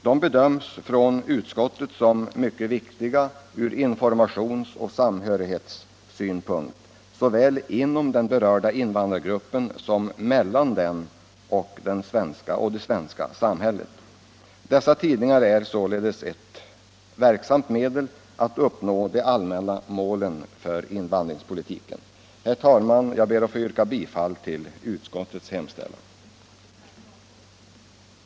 De bedöms av inrikesutskottet som mycket viktiga från informationsoch samhörighetssynpunkt såväl inom berörda invandrargrupper som mellan dem och det svenska samhället. Dessa tidningar är således ett verksamt medel att uppnå de allmänna målen för invandringspolitiken. Herr talman! Jag ber att få yrka bifall till inrikesutskottets hemställan i betänkandet nr 6.